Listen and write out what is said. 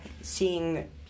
seeing